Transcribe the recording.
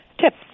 tips